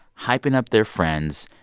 hyping up their friends,